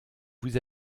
vous